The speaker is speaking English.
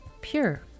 pure